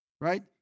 right